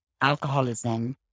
alcoholism